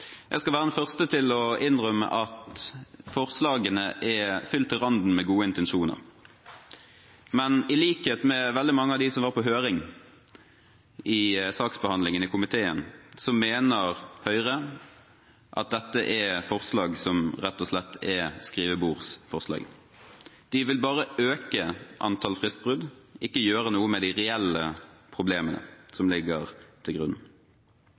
Jeg skal være den første til å innrømme at forslagene er fylt til randen med gode intensjoner. Men i likhet med veldig mange av dem som var på høring i forbindelse med saksbehandlingen i komiteen, mener Høyre at dette er forslag som rett og slett er skrivebordsforslag. De vil bare øke antall fristbrudd, ikke gjøre noe med de reelle problemene som ligger til grunn.